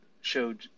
showed